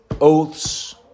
oaths